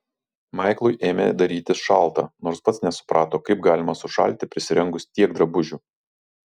maiklui ėmė darytis šalta nors pats nesuprato kaip galima sušalti prisirengus tiek drabužių